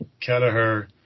Kelleher